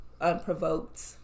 unprovoked